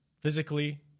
physically